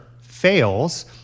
fails